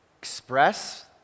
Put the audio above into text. Express